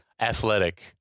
Athletic